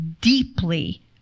deeply